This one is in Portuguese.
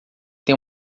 tem